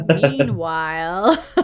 Meanwhile